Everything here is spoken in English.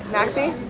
Maxie